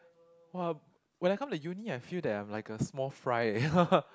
!wah! when I come to uni I feel that I'm like a small fry eh